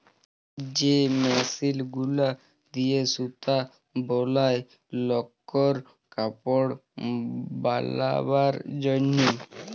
যে মেশিল গুলা দিয়ে সুতা বলায় লকর কাপড় বালাবার জনহে